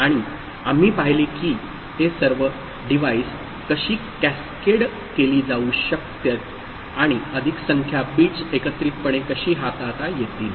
आणि आम्ही पाहिले की ही सर्व डिव्हाइस कशी कॅस्केड केली जाऊ शकते आणि अधिक संख्या बिट्स एकत्रितपणे कशी हाताळता येतील